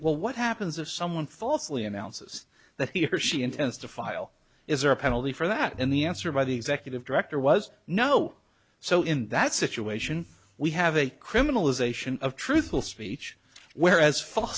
well what happens if someone falsely announces that he or she intends to file is there a penalty for that and the answer by the executive director was no so in that situation we have a criminalization of truthful speech where as f